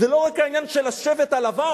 זה לא רק העניין של "השבט הלבן",